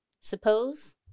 Suppose